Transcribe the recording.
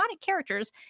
characters